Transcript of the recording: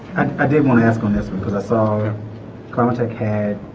and i didn't want to ask on this one because i saw yeah karma tech had